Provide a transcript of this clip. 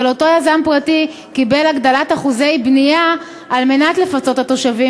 אבל אותו יזם פרטי קיבל הגדלת אחוזי בנייה על מנת לפצות את התושבים,